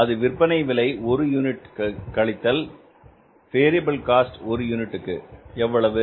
அது விற்பனை விலை ஒரு யூனிட்டிற்கு கழித்தல் வேரியபில் காஸ்ட் ஒரு யூனிட்டுக்கு எவ்வளவு